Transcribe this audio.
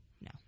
No